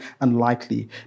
unlikely